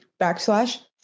backslash